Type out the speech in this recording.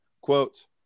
quote